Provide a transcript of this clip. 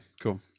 cool